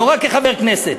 לא רק כחבר כנסת,